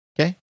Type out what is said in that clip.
Okay